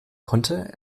konnte